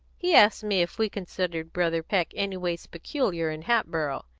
he asked me if we considered brother peck anyways peculiar in hatboro',